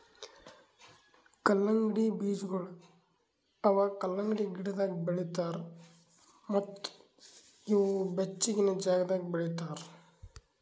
ಕಲ್ಲಂಗಡಿ ಬೀಜಗೊಳ್ ಅವಾ ಕಲಂಗಡಿ ಗಿಡದಾಗ್ ಬೆಳಿತಾರ್ ಮತ್ತ ಇವು ಬೆಚ್ಚಗಿನ ಜಾಗದಾಗ್ ಬೆಳಿತಾರ್